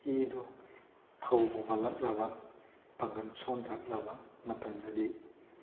ꯏꯗꯣ ꯊꯧꯕ ꯋꯥꯠꯂꯛꯂꯕ ꯄꯥꯡꯒꯜ ꯁꯣꯟꯊꯔꯛꯂꯕ ꯃꯇꯝꯗꯗꯤ